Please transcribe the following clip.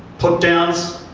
put downs,